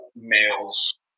males